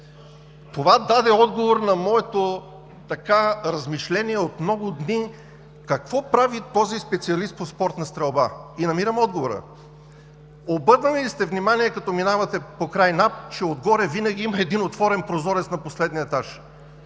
Това даде отговор на моето размишление от много дни какво прави този специалист по спортна стрелба? И намирам отговора. Обърнали ли сте внимание, като минавате покрай НАП, че отгоре винаги има един отворен прозорец на последния етаж?